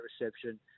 reception